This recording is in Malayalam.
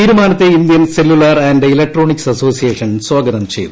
തീരുമാനത്തെ Indian cellular and electronics association സ്വാഗതം ചെയ്തു